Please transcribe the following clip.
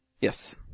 Yes